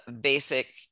basic